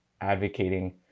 advocating